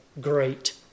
great